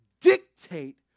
dictate